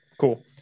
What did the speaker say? Cool